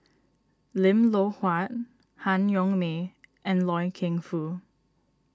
Lim Loh Huat Han Yong May and Loy Keng Foo